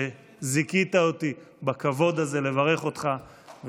שזיכית אותי בכבוד הזה לברך אותך,